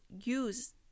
use